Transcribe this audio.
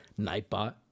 Nightbot